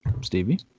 Stevie